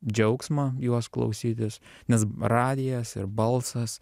džiaugsmą juos klausytis nes radijas ir balsas